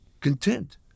content